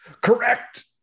Correct